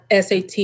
SAT